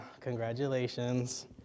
congratulations